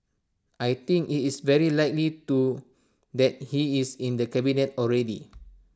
I think IT is very likely to that he is in the cabinet already